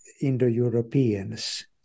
Indo-Europeans